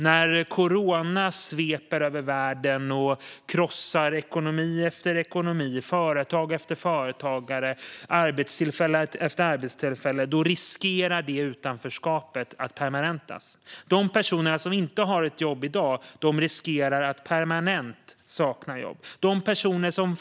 När corona sveper över världen och krossar ekonomi efter ekonomi, företag efter företag och arbetstillfälle efter arbetstillfälle riskerar utanförskapet att permanentas. De personer som inte har ett jobb i dag riskerar att permanent sakna jobb.